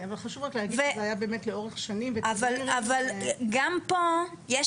כן אבל חשוב רק להגיד שזה היה באמת לאורך שנים --- אבל גם פה יש